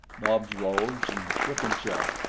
nobs rose and shook himself.